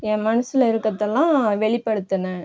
என் மனஸில் இருக்கிறதெல்லாம் வெளிப்படுத்துனேன்